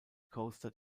coaster